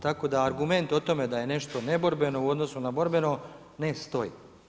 Tako da argument o tome da je nešto neborbeno u odnosu na borbeno ne stoji.